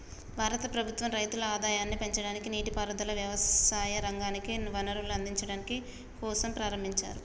భారత ప్రభుత్వం రైతుల ఆదాయాన్ని పెంచడానికి, నీటి పారుదల, వ్యవసాయ రంగానికి వనరులను అందిచడం కోసంప్రారంబించారు